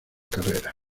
carreras